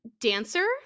dancer